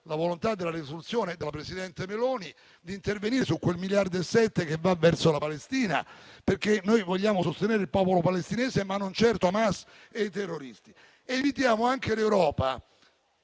la volontà nella risoluzione della presidente Meloni di intervenire su quegli 1,7 miliardi che vanno verso la Palestina, perché noi vogliamo sostenere il popolo palestinese, ma non certo Hamas e i terroristi. Invitiamo anche l'Europa